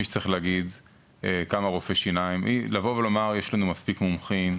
לבוא ולהגיד: יש לנו מספיק מומחים,